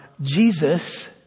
Jesus